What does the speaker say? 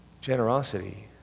Generosity